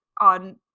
on